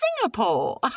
Singapore